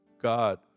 God